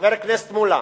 חבר הכנסת מולה,